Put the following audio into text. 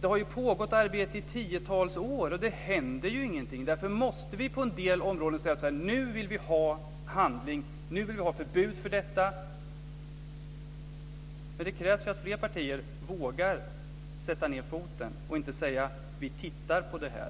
det har pågått arbete i tiotals år och det händer ju ingenting. Därför måste vi på en del områden säga: Nu vill vi ha handling. Nu vill vi ha förbud mot detta. Men det krävs att fler partier vågar sätta ned foten och inte säga: Vi tittar på det här.